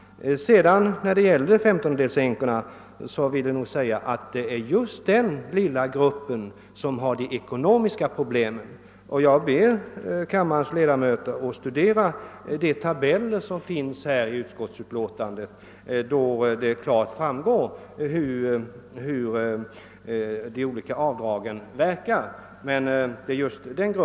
Beträffande de här »femtondedelsänkorna» vill jag framhålla att det nog är just den gruppen som har de svåraste ekonomiska problemen. Jag ber kammarens ledamöter att studera tabellerna i utskottets utlåtande, varav det klart framgår hur de olika avdragen verkar.